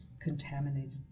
contaminated